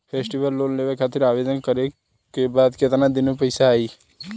Festival loan लेवे खातिर आवेदन करे क बाद केतना दिन म पइसा आई?